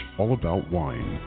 allaboutwine